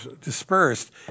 dispersed